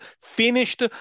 finished